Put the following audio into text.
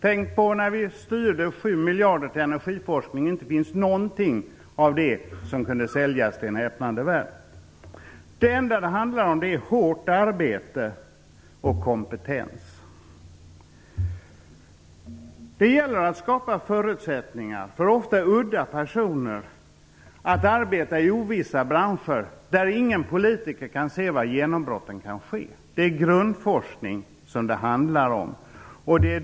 Tänk på när vi styrde sju miljarder till energiforskningen. Det kom inte ut någonting av det som kunde säljas till en häpen omvärld. Det handlar bara om hårt arbete och kompetens. Det gäller att skapa förutsättningar för ofta udda personer att arbeta i ovissa branscher där ingen politiker kan se var genombrotten sker. Det handlar om grundforskning.